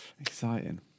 Exciting